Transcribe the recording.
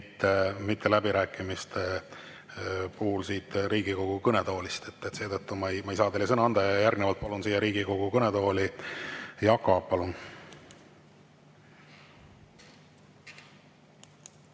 mitte läbirääkimistel Riigikogu kõnetoolist. Seetõttu ma ei saa teile sõna anda. Järgnevalt palun siia Riigikogu kõnetooli Jaak Aabi.